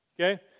Okay